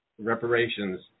reparations